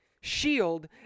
shield